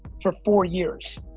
for four years.